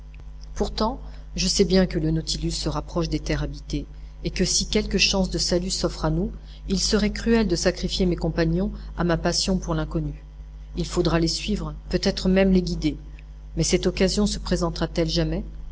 pourtant je sais bien que le nautilus se rapproche des terres habitées et que si quelque chance de salut s'offre à nous il serait cruel de sacrifier mes compagnons à ma passion pour l'inconnu il faudra les suivre peut-être même les guider mais cette occasion se présentera t elle jamais